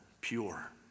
pure